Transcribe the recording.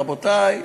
רבותי,